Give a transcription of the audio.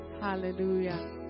hallelujah